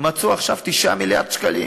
מצאו עכשיו 9 מיליארד שקלים